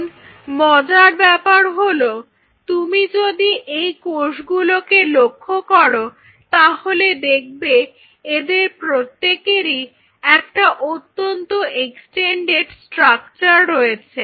এখন মজার ব্যাপার হলো তুমি যদি এই কোষগুলোকে লক্ষ্য করো তাহলে দেখবে এদের প্রত্যেকেরই একটা অত্যন্ত এক্সটেন্ডেড স্ট্রাকচার রয়েছে